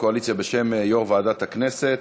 הקואליציה בשם יושב-ראש ועדת הכנסת.